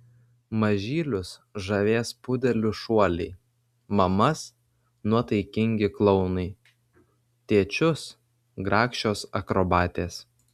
mažylius žavės pudelių šuoliai mamas nuotaikingi klounai tėčius grakščios akrobatės